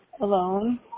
alone